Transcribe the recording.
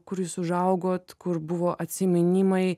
kur jūs užaugot kur buvo atsiminimai